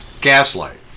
gaslight